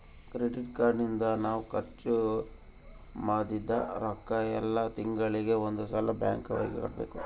credit card ನಿಂದ ನಾವ್ ಖರ್ಚ ಮದಿದ್ದ್ ರೊಕ್ಕ ಯೆಲ್ಲ ತಿಂಗಳಿಗೆ ಒಂದ್ ಸಲ ಬ್ಯಾಂಕ್ ಅವರಿಗೆ ಕಟ್ಬೆಕು